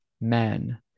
men